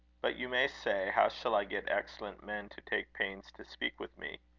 but you may say, how shall i get excellent men to take pains to speak with me?